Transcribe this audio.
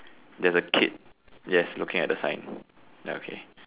there's a kid yes looking at the sign ya okay